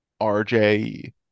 RJ